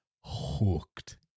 Hooked